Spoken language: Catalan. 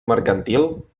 mercantil